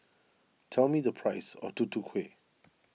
tell me the price of Tutu Kueh